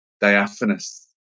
Diaphanous